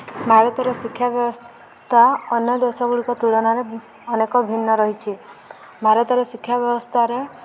ଭାରତର ଶିକ୍ଷା ବ୍ୟବସ୍ଥା ଅନ୍ୟ ଦେଶଗୁଡ଼ିକ ତୁଳନାରେ ଅନେକ ଭିନ୍ନ ରହିଛି ଭାରତର ଶିକ୍ଷା ବ୍ୟବସ୍ଥାରେ